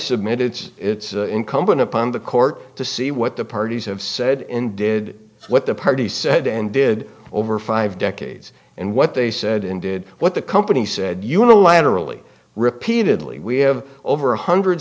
submit it's incumbent upon the court to see what the parties have said and did what the party said and did over five decades and what they said and did what the company said unilaterally repeatedly we have over one hundred